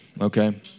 okay